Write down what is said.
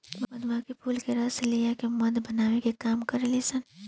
मधुमक्खी फूल से रस लिया के मध बनावे के भी काम करेली सन